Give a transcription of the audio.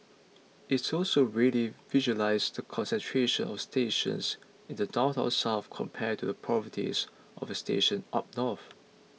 it's also readily visualises the concentration of stations in the downtown south compared to the poverty of stations up north